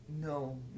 no